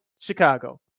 Chicago